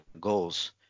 goals